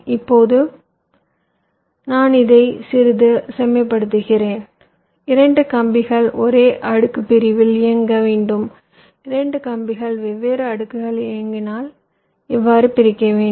இப்போது நான் இதை சிறிது செம்மைப்படுத்துகிறேன் 2 கம்பிகள் ஒரே அடுக்கு பிரிப்பில் இயங்க வேண்டும் 2 கம்பிகள் வெவ்வேறு அடுக்குகளில் இயங்கினால் இவ்வாறு பிரிக்க வேண்டும்